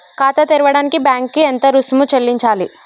ఖాతా తెరవడానికి బ్యాంక్ కి ఎంత రుసుము చెల్లించాలి?